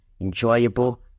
enjoyable